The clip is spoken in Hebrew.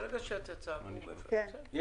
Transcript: ברגע שיצא צו והוא מפר בסדר.